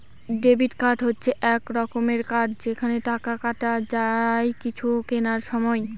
debit card হচ্ছে এক রকমের কার্ড যেখানে টাকা কাটা যায় কিছু কেনার সময়